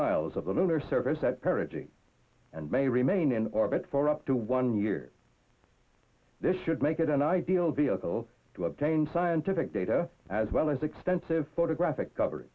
miles of the lunar surface at parity and may remain in orbit for up to one year this should make it an ideal vehicle to obtain scientific data as well as extensive photographic cover